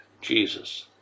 Jesus